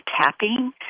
tapping